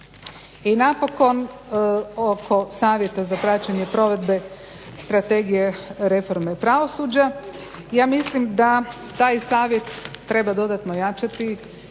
I napokon oko Savjeta za praćenje provođenje strategije reforme pravosuđa. Ja mislim da taj savjet treba dodatno jačati